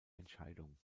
entscheidung